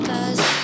Cause